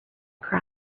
cry